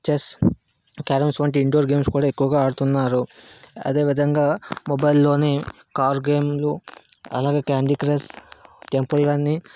chess carroms వంటి indoor games కూడా ఎక్కువగా ఆడుతున్నారు అదేవిధంగా మొబైల్లోని కార్ గేమ్లు అలాగే క్యాండీ క్రష్ టెంపుల్ రన్నింగ్